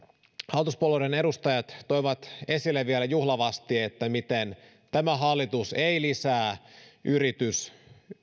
hallituspuolueiden edustajat toivat esille vielä juhlavasti että tämä hallitus ei lisää